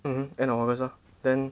mmhmm end of August lor then